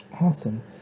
awesome